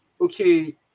okay